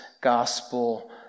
gospel